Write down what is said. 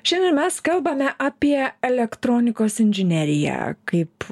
šiandien mes kalbame apie elektronikos inžineriją kaip